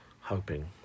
hoping